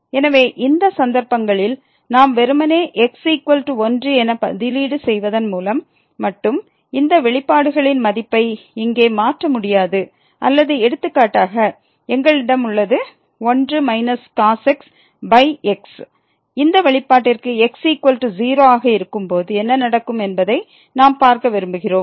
எனவே இந்த சந்தர்ப்பங்களில் நாம் வெறுமனே x1 என பதிலீடு செய்வதன் மூலம் மட்டும் இந்த வெளிப்பாடுகளின் மதிப்பை இங்கே மாற்ற முடியாது அல்லது எடுத்துக்காட்டாக எங்களிடம் உள்ளது x x இந்த வெளிப்பாட்டிற்கு x0 ஆக இருக்கும்போது என்ன நடக்கும் என்பதை நாம் பார்க்க விரும்புகிறோம்